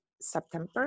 september